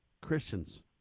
Christians